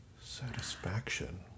Satisfaction